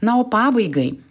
na o pabaigai